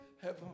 Heaven